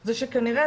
זה שכנראה,